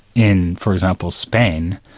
in for example, spain,